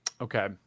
Okay